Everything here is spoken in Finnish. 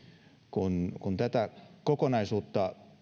kun kun tätä kokonaisuutta